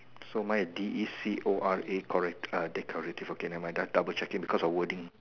so mine is D E C O R a correct decorative okay never mind just double checking because of wording